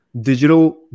digital